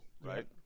right